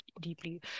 deeply